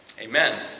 amen